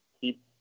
keep